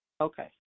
Okay